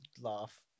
laugh